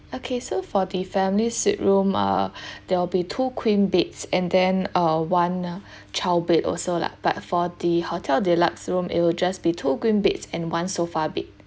okay so for the families suite room err there will be two queen beds and then uh one child bed also lah but for the hotel deluxe room it will just be two queen beds and one sofa bed